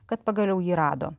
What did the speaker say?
kad pagaliau jį rado